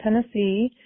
Tennessee